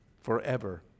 forever